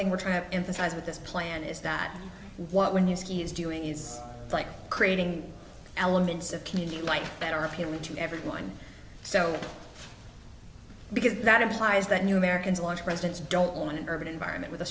thing we're trying to emphasize with this plan is that what we're new skis doing is like creating elements of community like that are appealing to everyone so because that implies that new americans want residents don't want an urban environment with a